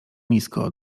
nisko